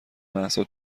مهسا